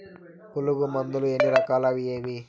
పులుగు మందులు ఎన్ని రకాలు అవి ఏవి?